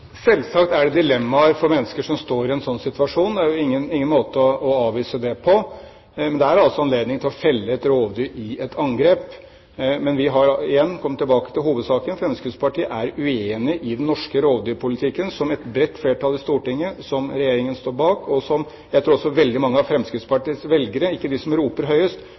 Selvsagt er det dilemmaer for mennesker som står i en slik situasjon. Det er ingen måter å avvise det på. Men det er altså anledning til å felle et rovdyr i et angrep. Men igjen, for å komme tilbake til hovedsaken, Fremskrittspartiet er uenig i den norske rovdyrpolitikken, som et bredt flertall i Stortinget står bak, som Regjeringen står bak, og som jeg tror veldig mange av Fremskrittspartiets velgere – ikke de som roper høyest